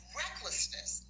recklessness